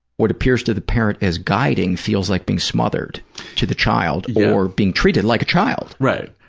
what appears to the parent as guiding feels like being smothered to the child, or being treated like a child. right,